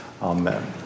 Amen